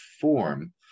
form